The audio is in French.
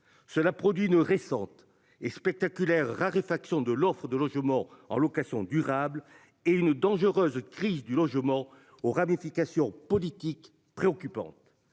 Cela produit une récente et spectaculaire raréfaction de l'offre de logements en location durable et une dangereuse crise du logement aux ramifications politiques préoccupante.